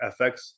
FX